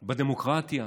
בדמוקרטיה,